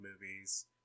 movies